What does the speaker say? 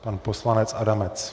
Pan poslanec Adamec.